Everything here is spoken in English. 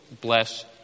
bless